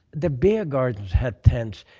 the beer gardens had tents,